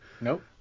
Nope